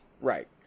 Right